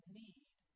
need